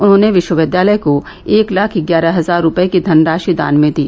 उन्होंने विश्वविद्यालय को एक लाख ग्यारह हजार रूपये की धनराशि दान में दी